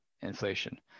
inflation